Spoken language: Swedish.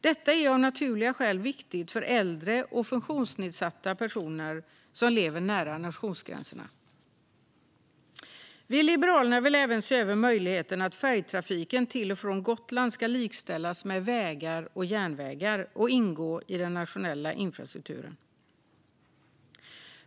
Detta är av naturliga skäl viktigt för äldre och funktionsnedsatta personer som lever nära nationsgränserna. Vi i Liberalerna vill även se över möjligheten att likställa färjetrafiken till och från Gotland med vägar och järnvägar och låta den ingå i den nationella infrastrukturen.